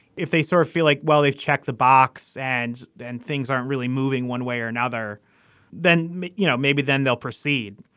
if they sort of feel like well they've checked the box and then things aren't really moving one way or another then you know maybe then they'll proceed.